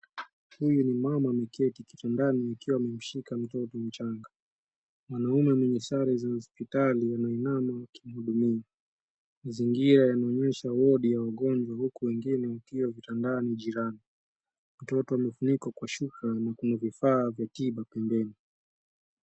Huyu ni mama ameketi kitandani akiwa amemshika mtoto mchanga. Mwanaume mwenye sare za hospitali ameinama akimhudumia. Mazingira yanaonyesha wodi ya wagonjwa, huku wengine wakiwa kitandani jirani. Mtoto amefunikwa kwa shuka na vifaa vya tiba pembeni.